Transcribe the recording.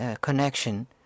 connection